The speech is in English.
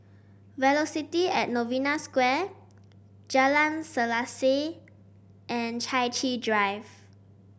Velocity At Novena Square Jalan Selaseh and Chai Chee Drive